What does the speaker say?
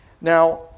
Now